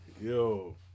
Yo